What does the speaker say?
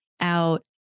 out